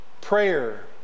prayer